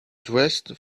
dressed